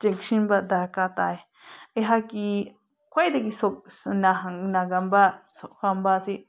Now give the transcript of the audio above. ꯆꯦꯛꯁꯤꯟꯕ ꯗꯔꯀꯥꯔ ꯇꯥꯏ ꯑꯩꯍꯥꯛꯀꯤ ꯈ꯭ꯋꯥꯏꯗꯒꯤꯁꯨ ꯅꯥꯒꯟꯕ ꯁꯣꯛꯀꯟꯕꯁꯤ